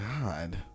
God